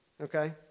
okay